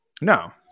No